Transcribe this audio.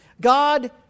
God